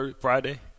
Friday